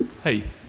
Hey